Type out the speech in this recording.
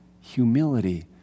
humility